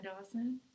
dawson